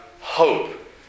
hope